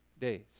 days